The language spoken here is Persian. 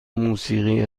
موسیقی